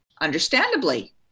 understandably